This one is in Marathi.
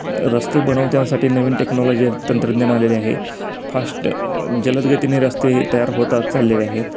रस्ते बनवत्यासाठी नवीन टेक्नॉलॉजी आणि तंत्रज्ञान आलेले आहे फास्ट जलदगतीने रस्ते तयार होतात चाललेले आहेत